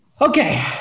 Okay